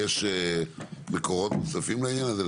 יש מקורות נוספים לעניין הזה,